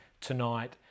tonight